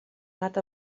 anat